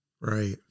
right